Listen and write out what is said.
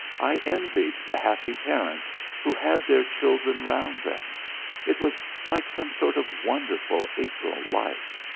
i envied the happy parents who had their children round them it was like some sort of wonderful april light.